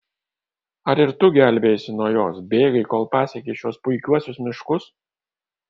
ar ir tu gelbėjaisi nuo jos bėgai kol pasiekei šiuos puikiuosius miškus